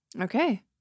Okay